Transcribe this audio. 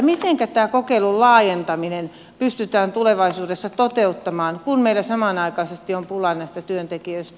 mitenkä tämän kokeilun laajentaminen pystytään tulevaisuudessa toteuttamaan kun meillä samanaikaisesti on pulaa näistä työntekijöistä